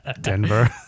Denver